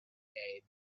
day